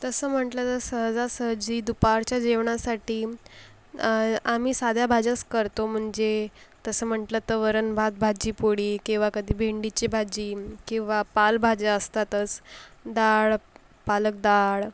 तसं म्हटलं तर सहजासहजी दुपारच्या जेवणासाठी आम्ही साध्या भाज्यास करतो म्हणजे तसं म्हटलं तर वरणभात भाजीपोळी किंवा कधी भेंडीची भाजी किंवा पालेभाज्या असतातस डाळ पालक डाळ